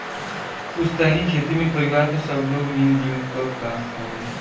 पुस्तैनी खेती में परिवार क सब लोग मिल जुल क काम करलन